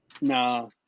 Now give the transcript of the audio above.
No